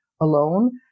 alone